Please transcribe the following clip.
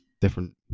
different